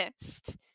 missed